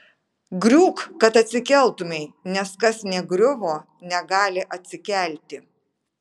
griūk kad atsikeltumei nes kas negriuvo negali atsikelti